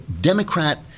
Democrat